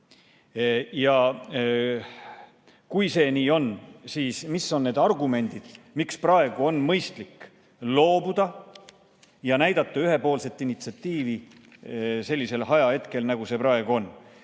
Kui see nii on, siis mis on need argumendid, miks praegu on mõistlik loobuda ja näidata ühepoolset initsiatiivi, sellisel ajahetkel, nagu see praegu on?